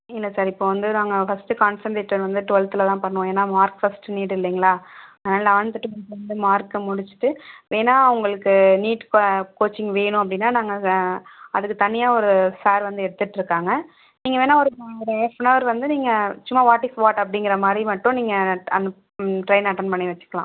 இல்லை சார் இப்போ வந்து நாங்கள் ஃபஸ்ட்டு கான்சன்ட்ரேட்ட வந்து டுவெல்த்தில் தான் பண்ணுவோம் ஏன்னா மார்க்கு ஃபஸ்ட்டு நீடு இல்லைங்ளா அதனால் லவென்த்து டுவெலத்துக்கு வந்து மார்க்கை முடிச்சிட்டு வேணா அவங்களுக்கு நீட் கா கோச்சிங் வேணும் அப்படின்னா நாங்கள் அதை அதுக்கு தனியாக ஒரு சார் வந்து எடுத்துட்ருக்காங்க நீங்கள் வேணா ஒரு ஒரு ஹல்ஃப் அன் ஹவர் வந்து நீங்கள் சும்மா வாட் இஸ் வாட் அப்படிங்கிற மாதிரி மட்டும் நீங்கள் ட் அனுப்பி ட்ரெய்ன் அட்டன் பண்ணி வச்சிக்கிலாம்